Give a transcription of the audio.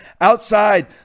outside